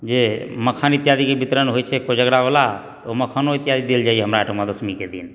जे मखान इत्यादिके वितरण होइत छै कोजगरा वला ओ मखानो इत्यादि देल जाइत यऽ हमरा एहिठमा दशमीके दिन